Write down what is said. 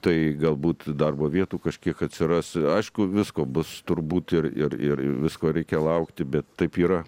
tai galbūt darbo vietų kažkiek atsiras aišku visko bus turbūt ir ir ir visko reikia laukti bet taip yra